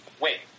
Wait